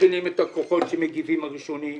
מכינים את הכוחות שמגיבים הראשונים,